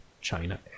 China